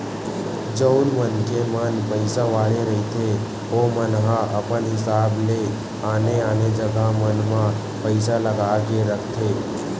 जउन मनखे मन पइसा वाले रहिथे ओमन ह अपन हिसाब ले आने आने जगा मन म पइसा लगा के रखथे